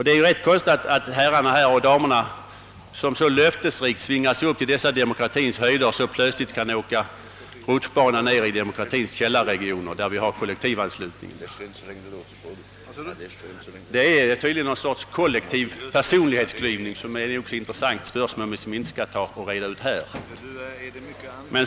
Det är rätt konstigt att herrar och damer motionärer, som så löftesrikt svingar sig upp till dessa demokratiens höjder, plötsligt åker rutschbana ned i demokratiens källarregioner, där vi har kollektivanslutningen. Tydligen är det någon sorts kollektiv personlighetsklyvning — ett intressant spörsmål som jag emellertid inte skall försöka reda ut här.